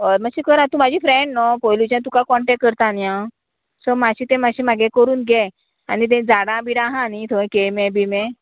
हय मातशें करा तूं म्हाजी फ्रेंड न्हू पयलुच्यान तुका कॉन्टेक्ट करता न्ही हांव सो मातशें तें मातशें मागे करून घे आनी तें झाडां बीडां आहा न्ही थंय केळमे बिळमे